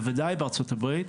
בוודאי בארצות הברית,